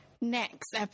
next